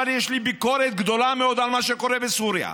אבל יש לי ביקורת גדולה מאוד על מה שקורה בסוריה,